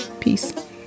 Peace